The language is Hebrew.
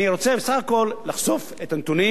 אני רוצה בסך הכול לחשוף את הנתונים.